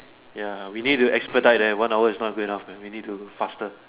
ya we need to expedite leh one hour is not good enough man we need to faster